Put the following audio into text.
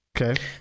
Okay